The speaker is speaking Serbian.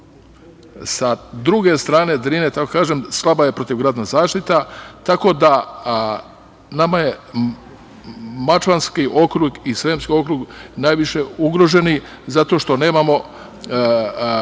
sa druge strane Drine je slaba protivgradna zaštita, tako da su nama mačvanski i sremski okrug najviše ugroženi, zato što nemamo